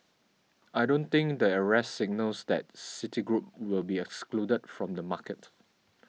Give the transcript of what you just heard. I don't think the arrest signals that Citigroup will be excluded from the market